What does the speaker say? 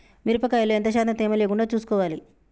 మిరప కాయల్లో ఎంత శాతం తేమ లేకుండా చూసుకోవాలి?